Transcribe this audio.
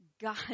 God